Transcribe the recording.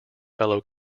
fellow